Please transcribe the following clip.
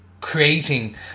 creating